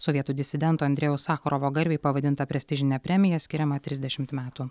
sovietų disidento andrejaus sacharovo garbei pavadinta prestižinė premija skiriama trisdešimt metų